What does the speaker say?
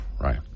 right